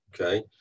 okay